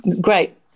great